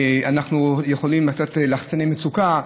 אנחנו יכולים לתת לחצני מצוקה,